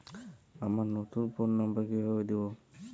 আমার নতুন phone number কিভাবে দিবো?